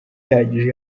ihagije